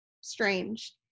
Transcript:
strange